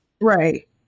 Right